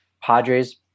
Padres